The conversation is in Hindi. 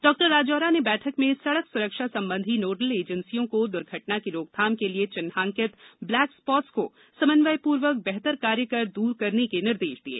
डॉ राजौरा ने बैठक में सड़क स्रक्षा संबंधी नोडल एजेंसियों को द्र्घटनाओं की रोकथाम के लिये चिन्हांकित ब्लैक स्पॉट्स को समन्वयपूर्वक बेहतर कार्य कर द्र करने के निर्देश दिये